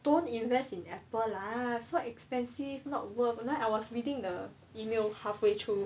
don't invest in apple lah so expensive not worth and then I was reading the email halfway through